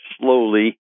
slowly